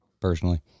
personally